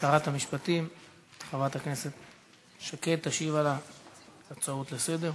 שרת המשפטים חברת הכנסת שקד תשיב על ההצעות לסדר-היום.